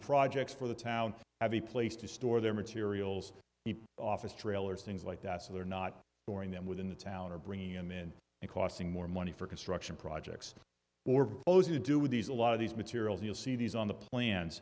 projects for the town have a place to store their materials office trailers things like that so they're not boring them within the town or bringing him in and costing more money for construction projects or those you do with these a lot of these materials you'll see these on the plan